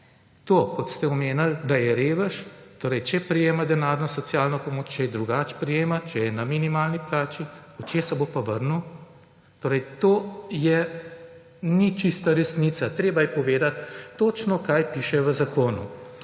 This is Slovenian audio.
to, kot ste omenili, da je revež. Torej, če prejema denarno socialno pomoč, če jo drugače prejema, če je na minimalni plači, od česa bo pa vrnil? Torej, to ni čista resnica. Treba je povedati točno kaj piše v zakonu.